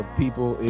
people